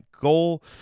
goal